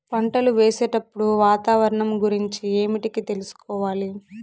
పంటలు వేసేటప్పుడు వాతావరణం గురించి ఏమిటికి తెలుసుకోవాలి?